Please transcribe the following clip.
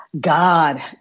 God